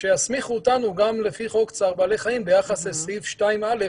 שיסמיכו אותנו גם לפי חוק צער בעלי חיים ביחד לסעיף 2(א),